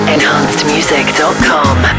Enhancedmusic.com